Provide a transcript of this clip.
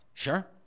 Sure